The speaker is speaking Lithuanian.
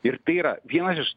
ir tai yra vienas iš